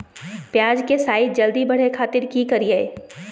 प्याज के साइज जल्दी बड़े खातिर की करियय?